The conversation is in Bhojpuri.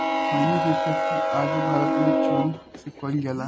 खईनी के खेती आजो भारत मे चोरी से कईल जाला